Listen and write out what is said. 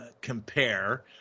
compare